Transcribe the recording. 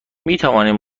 میتوانیم